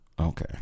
okay